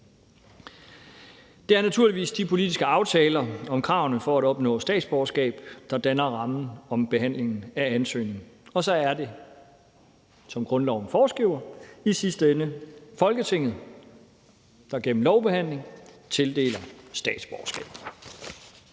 Det er naturligvis de politiske aftaler om kravene for at opnå statsborgerskab, der danner rammen om behandlingen af ansøgningerne, og så er det, som grundloven foreskriver, i sidste ende Folketinget, der gennem lovbehandling tildeler statsborgerskab.